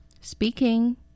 Speaking